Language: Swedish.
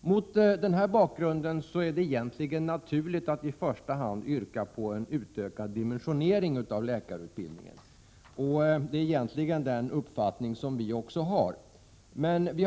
Mot denna bakgrund är det egentligen naturligt att i första hand yrka på en utökad dimensionering av läkarutbildningen. Detta är också den uppfattning som vi i centern i själva verket har.